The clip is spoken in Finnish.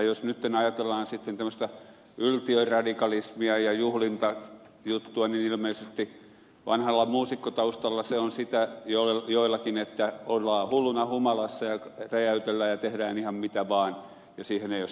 jos nyt sitten ajatellaan tämmöistä yltiöradikalismia ja juhlintajuttua niin ilmeisesti vanhalla muusikkotaustalla se on sitä joillakin että ollaan hulluna humalassa ja räjäytellään ja tehdään ihan mitä vaan ja siihen ei ole sitten